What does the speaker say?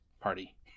party